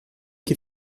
que